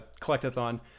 collectathon